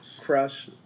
Crush